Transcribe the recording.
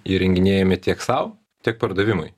įrenginėjami tiek sau tiek pardavimui